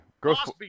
Gross